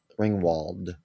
Ringwald